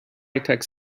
tech